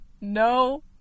No